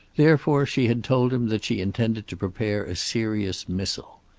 therefore she had told him that she intended to prepare a serious missile.